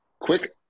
quick